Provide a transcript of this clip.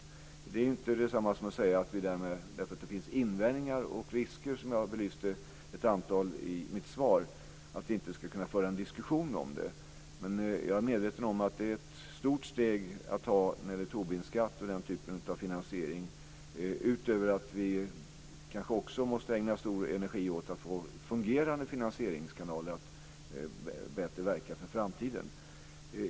Men det är inte detsamma som att säga att vi därför att det finns invändningar och risker - jag belyste ett antal sådana i mitt svar - inte skulle kunna föra en diskussion om detta. Jag är medveten om att det är ett stort steg att ta när det gäller Tobinskatt och den typen av finansiering; detta utöver att vi kanske också måste ägna mycket energi åt att få fungerande finansieringskanaler att bättre verka för framtiden.